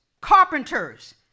carpenters